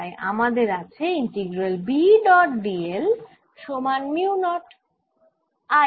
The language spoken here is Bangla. তাই আমাদের আছে ইন্টিগ্রাল B ডট dl সমান মিউ নট I